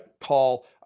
call